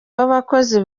w’abakozi